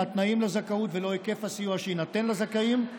מה התנאים לזכאות ולא היקף הסיוע שיינתן לזכאים.